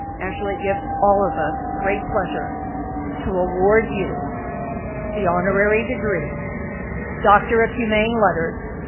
actually it gives all of us great pleasure to award you the honorary degree doctor of humane letters,